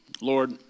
Lord